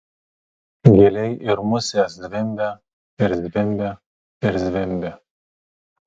gyliai ir musės zvimbia ir zvimbia ir zvimbia